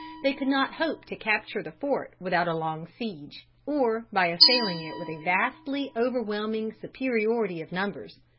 they could not hope to capture the fort without a long siege, or by assailing it with a vastly overwhelming superiority of numbers.